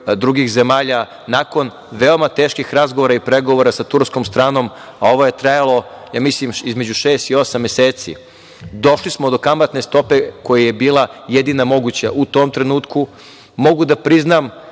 drugih zemalja, nakon veoma teških razgovora i pregovora sa turskom stranom, ovo je trajalo između šest i osam meseci. Došli smo do kamatne stope koja je bila jedina moguća u tom trenutku. Mogu da priznam